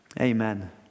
Amen